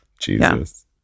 Jesus